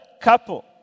couple